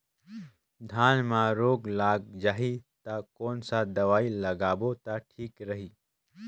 धान म रोग लग जाही ता कोन सा दवाई लगाबो ता ठीक रही?